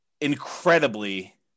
incredibly